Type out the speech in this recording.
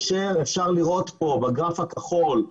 אפשר לראות כאן, בגרף הכחול,